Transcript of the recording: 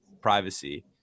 privacy